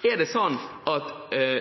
det sånn at